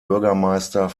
bürgermeister